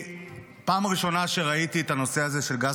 הפעם הראשונה שראיתי את הנושא הזה של גז